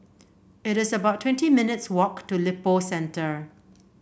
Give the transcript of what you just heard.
it is about twenty minutes' walk to Lippo Centre